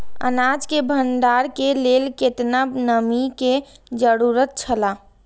अनाज के भण्डार के लेल केतना नमि के जरूरत छला?